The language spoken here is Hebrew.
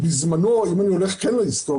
בזמנו, אם אני הולך להיסטוריה,